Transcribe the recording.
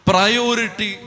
Priority